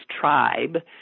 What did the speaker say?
Tribe